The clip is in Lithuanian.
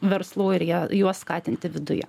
verslų ir ją juos skatinti viduje